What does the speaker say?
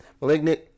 Malignant